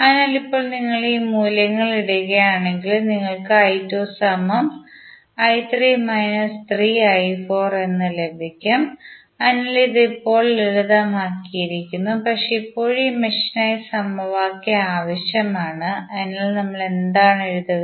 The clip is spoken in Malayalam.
അതിനാൽ ഇപ്പോൾ നിങ്ങൾ ഈ മൂല്യങ്ങൾ ഇടുകയാണെങ്കിൽ നിങ്ങൾക്ക് എന്ന് ലഭിക്കും അതിനാൽ ഇത് ഇപ്പോൾ ലളിതമാക്കിയിരിക്കുന്നു പക്ഷേ ഇപ്പോഴും ഈ മെഷിനായി സമവാക്യം ആവശ്യമാണ് അതിനാൽ നമ്മൾ എന്താണ് എഴുതുക